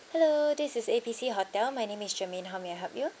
hello this is A B C hotel my name is shermaine how may I help you